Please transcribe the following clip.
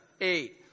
eight